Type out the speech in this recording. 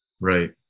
Right